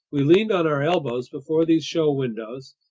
we leaned on our elbows before these show windows,